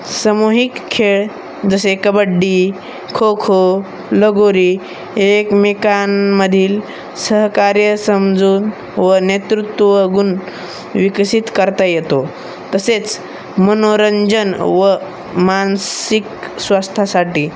सामूहिक खेळ जसे कबड्डी खोखो लगोरी हे एकमेकांमधील सहकार्य समजून व नेतृत्व गुण विकसित करता येतो तसेच मनोरंजन व मानसिक स्वास्थासाठी